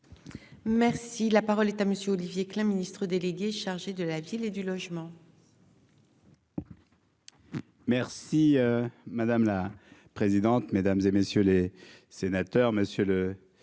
Merci la parole est à monsieur Olivier Klein, Ministre délégué chargé de la ville et du logement. Merci madame la présidente, mesdames et messieurs les sénateurs,